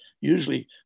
usually